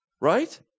Right